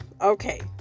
okay